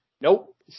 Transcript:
Nope